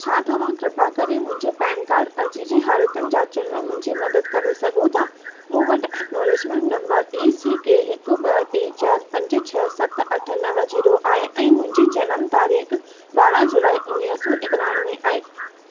छा तव्हां कृपा करे मुंहिंजे पैन कार्ड अर्जी जी हालतुनि जाचण में मुंहिंजी मदद करे सघो था मूं वटि acknowledgement number A C K हिकु ॿ टे चारि पंज छह सत अठ नव ज़ीरो आहे ऐं मुंहिंजी जनम तारीख़ु ॿारहं जुलाई उणिवीह सौ एकानवे आहे